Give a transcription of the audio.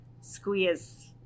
squeeze